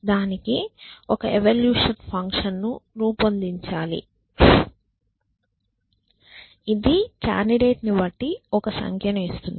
దానికి ఒక evaluation function ను రూపొందించాలి ఇది కాండిడేట్ ని బట్టి ఒక సంఖ్యను ఇస్తుంది